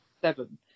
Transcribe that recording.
Seven